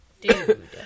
dude